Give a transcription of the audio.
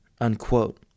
unquote